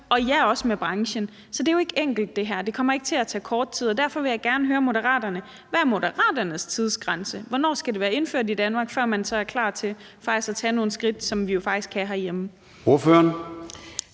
og ja, også med branchen. Så det her er jo ikke enkelt. Det kommer ikke til at tage kort tid. Derfor vil jeg gerne høre Moderaterne, hvad Moderaternes tidsgrænse er. Hvornår skal det være indført i Danmark, og hvornår er man klar til faktisk at tage nogle skridt, som vi jo kan, herhjemme? Kl.